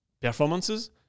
performances